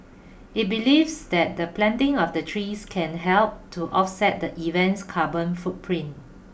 it believes that the planting of the trees can help to offset the event's carbon footprint